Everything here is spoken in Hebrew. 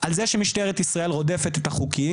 על זה שמשטרת ישראל רודפת את החוקיים.